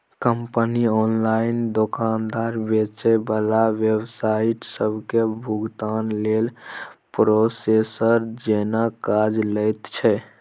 company online दोकानदार, बेचे बला वेबसाइट सबके भुगतानक लेल प्रोसेसर जेना काज लैत छै